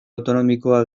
autonomikoa